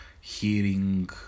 hearing